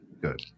good